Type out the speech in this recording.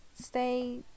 Stay